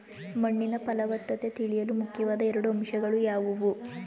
ಮಣ್ಣಿನ ಫಲವತ್ತತೆ ತಿಳಿಯಲು ಮುಖ್ಯವಾದ ಎರಡು ಅಂಶಗಳು ಯಾವುವು?